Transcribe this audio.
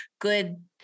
good